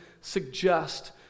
suggest